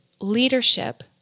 leadership